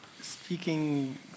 Speaking